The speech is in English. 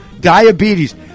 Diabetes